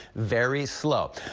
very slow.